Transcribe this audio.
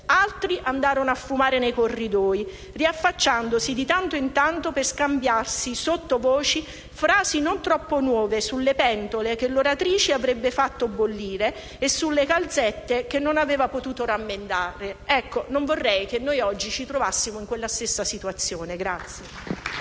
altri andarono a fumare nei corridoi, riaffacciandosi di tanto in tanto per scambiarsi sottovoce frasi non troppo nuove sulle pentole che l'oratrice avrebbe fatto bollire e sulle calzette che non aveva potuto rammendare». Non vorrei che oggi ci trovassimo in quella stessa situazione.